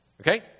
Okay